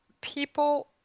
people